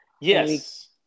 Yes